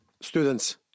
students